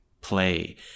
play